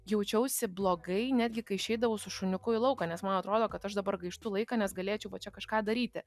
jaučiausi blogai netgi kai išeidavau su šuniuku į lauką nes man atrodo kad aš dabar gaištu laiką nes galėčiau va čia kažką daryti